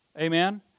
Amen